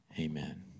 Amen